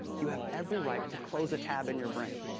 you have every right to close a tab in your brain.